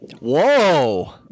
Whoa